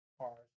cars